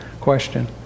question